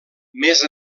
més